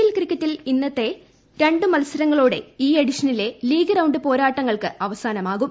L ക്രിക്കറ്റിൽ ഇന്നത്തെ രണ്ടു മത്സരങ്ങളോടെ ഈ എഡിഷനിലെ ലീഗ് റൌണ്ട് പോരാട്ടങ്ങൾക്ക് അവസാനമാകും